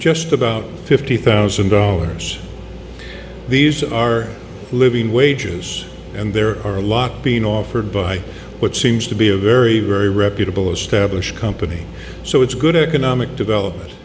just about fifty thousand dollars these are living wages and there are a lot being offered by what seems to be a very very reputable established company so it's good economic development